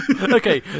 Okay